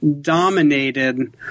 dominated